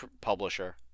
publisher